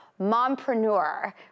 mompreneur